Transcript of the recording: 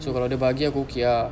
so kalau dia bahagia aku okay ah